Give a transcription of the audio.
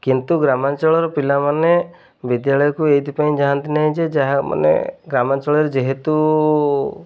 କିନ୍ତୁ ଗ୍ରାମାଞ୍ଚଳର ପିଲାମାନେ ବିଦ୍ୟାଳୟକୁ ଏଥିପାଇଁ ଯାଆନ୍ତି ନାହିଁ ଯେ ଯାହା ମାନେ ଗ୍ରାମାଞ୍ଚଳରେ ଯେହେତୁ